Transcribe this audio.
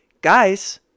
guys